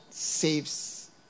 saves